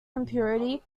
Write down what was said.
impurity